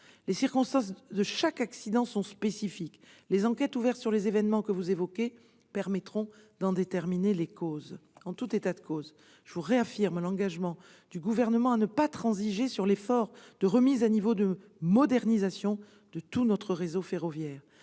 Les circonstances de chaque accident sont spécifiques. Les enquêtes ouvertes sur les événements que vous évoquez permettront d'en déterminer les causes. En tout cas, je veux réaffirmer devant vous l'engagement du Gouvernement de ne pas transiger sur l'effort de remise à niveau et de modernisation de notre réseau ferroviaire.